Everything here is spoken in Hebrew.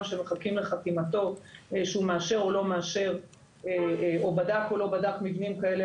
שמחכים לחתימתו שהוא מאשר או לא מאשר או בדק או לא בדק מבנים כאלה